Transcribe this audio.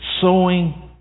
sowing